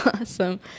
awesome